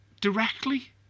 directly